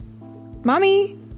mommy